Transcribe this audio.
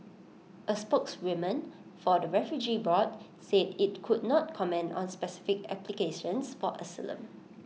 A spokeswoman for the refugee board said IT could not comment on specific applications for asylum